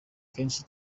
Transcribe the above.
kenshi